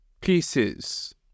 pieces